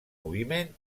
moviment